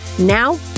Now